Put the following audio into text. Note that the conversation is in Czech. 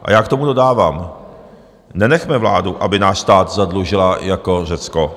Já k tomu dodávám: nenechme vládu, aby náš stát zadlužila jako Řecko.